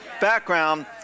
background